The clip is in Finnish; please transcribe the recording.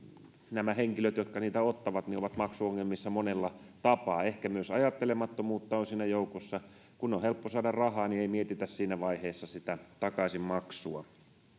nämä henkilöt jotka niitä ottavat ovat maksuongelmissa monella tapaa ehkä myös ajattelemattomuutta on siinä joukossa kun on helppo saada rahaa niin ei mietitä siinä vaiheessa sitä takaisinmaksua